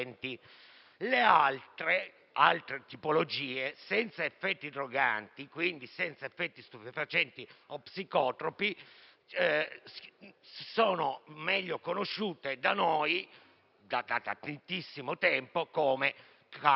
le altre tipologie senza effetti droganti, quindi senza effetti stupefacenti o psicotropi, sono meglio conosciute da noi da tantissimo tempo come canapa,